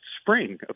spring